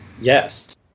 Yes